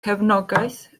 cefnogaeth